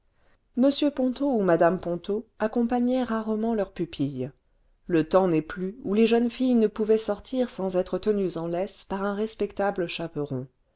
m ponto ou mme ponto accompagnaient rarement leur pupille le temps n'est plus où les jeunes filles ne pouvaient sortir sans être tenues en laisse par un respectable chaperon